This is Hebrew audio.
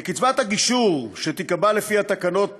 לקצבת הגישור שתיקבע לפי התקנות